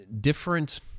different